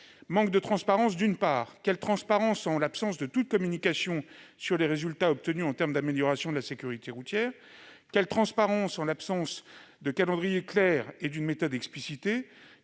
manque de transparence. Où est la transparence, face à l'absence de toute communication sur les résultats obtenus en termes d'amélioration de la sécurité routière ? Où est la transparence, face à l'absence d'un calendrier clair et d'une méthode explicitée ?